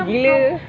gila